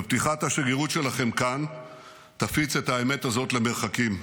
פתיחת השגרירות שלכם כאן תפיץ את האמת הזאת למרחקים,